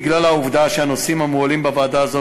בגלל העובדה שהנושאים המועלים בוועדה זו